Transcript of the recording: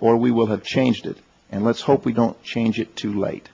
or we will have changed it and let's hope we don't change it too late